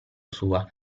sua